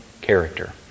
character